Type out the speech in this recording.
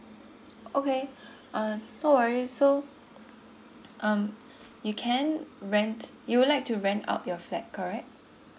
okay uh no worries so um you can rent you would like to rent out your flat correct